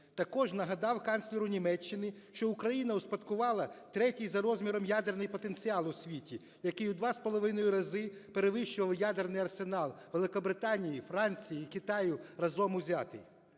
Також нагадав канцлеру Німеччини, що Україна успадкувала третій за розміром ядерний потенціал у світі, який у 2,5 рази перевищував ядерний арсенал Великобританії, Франції, Китаю разом узятих.